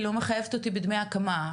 היא לא מחייבת אותי בדמי הקמה.